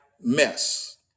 mess